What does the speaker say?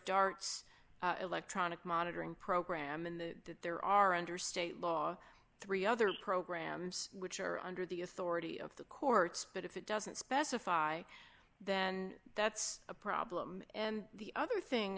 dart's electronic monitoring program in the that there are under state law three other programs which are under the authority of the courts but if it doesn't specify then that's a problem and the other thing